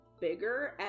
bigger